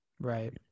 Right